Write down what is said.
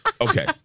okay